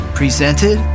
presented